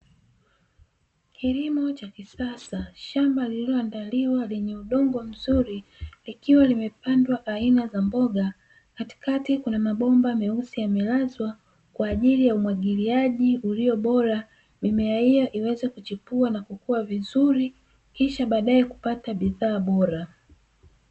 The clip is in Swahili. Kilimo cha kisasa shamba lililoandaliwa lenye udongo mzuri ikiwa limepandwa aina za mboga, katikati kuna mabomba meusi yamelazwa kwa ajili ya umwagiliaji ulio bora, mimea hiyo iweze kuchipua na kukua vizuri kisha baadaye kupata bidhaa bora.